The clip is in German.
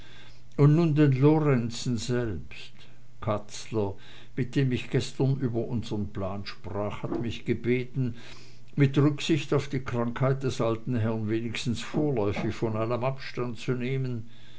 und nun den lorenzen selbst katzler mit dem ich gestern über unsern plan sprach hat mich gebeten mit rücksicht auf die krankheit des alten herrn wenigstens vorläufig von allem abstand zu nehmen